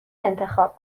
انتخاب